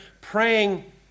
praying